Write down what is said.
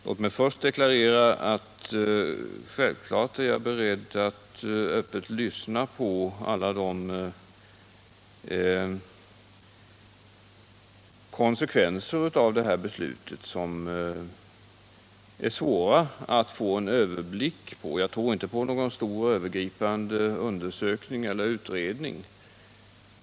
Låt mig först deklarera att självfallet är jag beredd att öppet lyssna på alla de konsekvenser av detta beslut som är svåra att överblicka. Jag tror inte på någon stor och övergripande undersökning eller utredning.